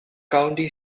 county